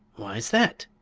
what's that?